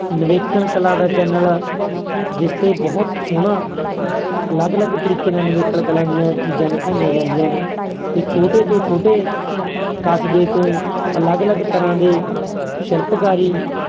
ਨਵੇਕਣ ਕਲਾ ਦਾ ਚੈਨਲ ਜਿਸ ਤੇ ਬਹੁਤ ਸੋਹਣਾ ਅਲੱਗ ਅਲੱਗ ਤਰੀਕੇ ਨਾਲ ਨਵੇਕਣ ਕਲਾਂ ਦੀਆਂ ਚੀਜ਼ਾਂ ਦਿਖਾਈਆਂ ਜਾਂਦੀਆਂ ਨੇ ਤੇ ਛੋਟੇ ਤੋਂ ਛੋਟੇ ਕਸਬੇ ਤੋਂ ਅਲੱਗ ਅਲੱਗ ਤਰ੍ਹਾਂ ਦੇ ਸ਼ਿਲਪਕਾਰੀ